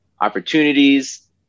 opportunities